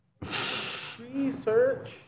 research